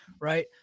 Right